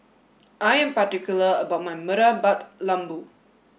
I am particular about my Murtabak Lembu